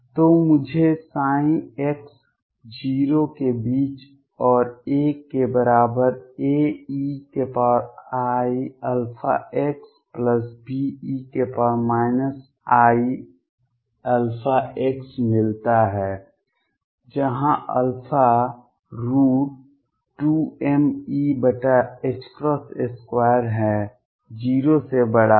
तो मुझे x 0 के बीच और a के बराबर AeiαxBe iαx मिलता है जहां α √ है 0 से बड़ा है